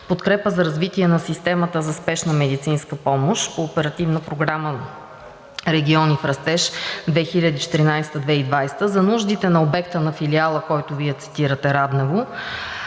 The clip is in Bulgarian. „Подкрепа за развитие на системата за спешна медицинска помощ“ по Оперативна програма „Региони в растеж 2014 – 2020 г.“ за нуждите на обекта – Филиала, който Вие цитирате – Раднево,